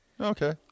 Okay